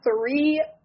three